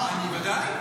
בוודאי.